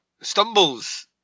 stumbles